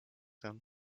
him